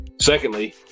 secondly